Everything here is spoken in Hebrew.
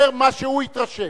הוא אומר מה שהוא התרשם.